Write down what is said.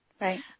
Right